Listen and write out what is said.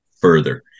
further